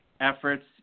efforts